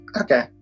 Okay